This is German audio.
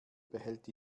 behält